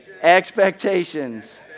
expectations